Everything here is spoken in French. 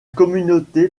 communauté